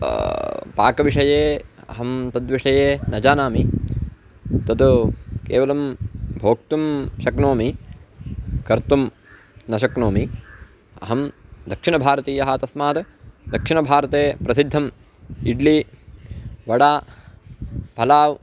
पाकविषये अहं तद्विषये न जानामि तद् केवलं भोक्तुं शक्नोमि कर्तुं न शक्नोमि अहं दक्षिणभारतीयः तस्मात् दक्षिणभारते प्रसिद्धम् इड्ली वडा पलाव्